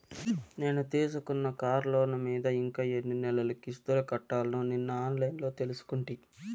నేను తీసుకున్న కార్లోను మీద ఇంకా ఎన్ని నెలలు కిస్తులు కట్టాల్నో నిన్న ఆన్లైన్లో తెలుసుకుంటి